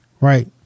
Right